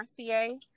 rca